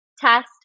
test